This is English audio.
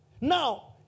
Now